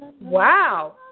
Wow